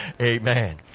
Amen